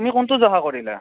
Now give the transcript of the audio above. আপুনি কোনটো জহা কৰিলে